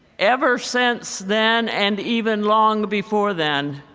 ever since then and even long before then,